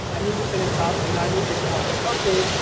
i need to finish off the ninety six wines. okay,